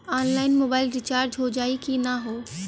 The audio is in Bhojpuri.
ऑनलाइन मोबाइल रिचार्ज हो जाई की ना हो?